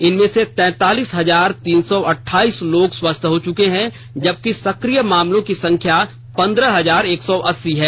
इनमें से तैंतालीस हजार तीन सौ अट्टाइस लोग स्वस्थ हो चुके हैं जबकि सक्रिय मामलों की संख्या पंद्रह हजार एक सौ अस्सी है